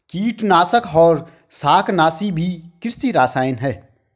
कीटनाशक और शाकनाशी भी कृषि रसायन हैं